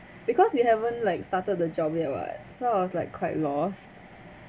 because we haven't like started the job yet what so I was like quite lost